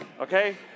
okay